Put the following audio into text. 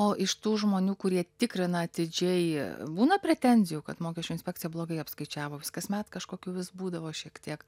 o iš tų žmonių kurie tikrina atidžiai būna pretenzijų kad mokesčių inspekcija blogai apskaičiavo vis kasmet kažkokių vis būdavo šiek tiek